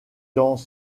dans